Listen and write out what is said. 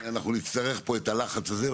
אנחנו נצטרך פה את הלחץ הזה,